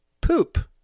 poop